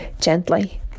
gently